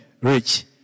rich